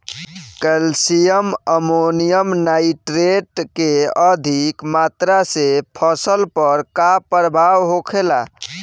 Calcium ammonium nitrate के अधिक मात्रा से फसल पर का प्रभाव होखेला?